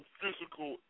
physical